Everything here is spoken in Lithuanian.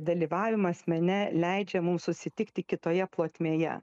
dalyvavimas mene leidžia mum susitikti kitoje plotmėje